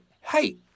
Hey